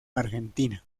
argentina